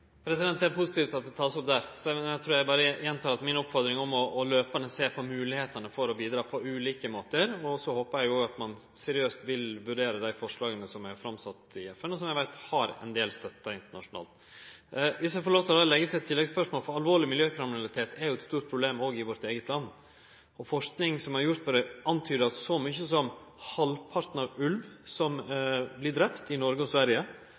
Det er positivt at det vert teke opp der, så eg trur berre eg gjentek at mi oppfordring er å heile tida sjå på moglegheitene for å bidra på ulike måtar, og så håpar eg òg at ein seriøst vil vurdere dei forslaga som er sette fram i FN, og som eg veit har ein del støtte internasjonalt. Eg ber om lov til å leggje til eit tilleggsspørsmål, for alvorleg miljøkriminalitet er jo eit stort problem òg i vårt eige land. Forsking som er gjort på dette, tydar på at så mykje som halvparten av all ulv som vert drepen i Noreg og Sverige,